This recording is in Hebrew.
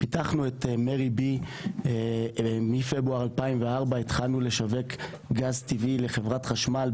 פיתחנו את מרי B. מפברואר 2004 התחלנו לשווק גז טבעי לחברת חשמל,